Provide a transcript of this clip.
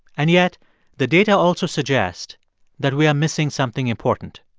and yet the data also suggest that we are missing something important.